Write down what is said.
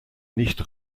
nicht